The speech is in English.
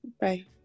Bye